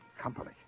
company